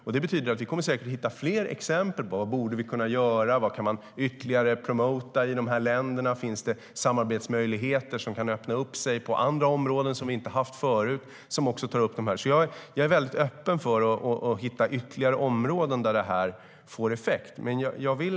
Under arbetet kommer vi säkert att hitta fler exempel på vad vi borde kunna göra, på vad vi kan promota ytterligare i dessa länder och på samarbetsmöjligheter inom nya områden. Jag är öppen för att hitta ytterligare områden där detta får effekt.